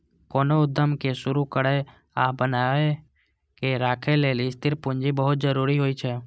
कोनो उद्यम कें शुरू करै आ बनाए के राखै लेल स्थिर पूंजी बहुत जरूरी होइ छै